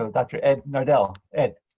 and dr. ed nardell. ed?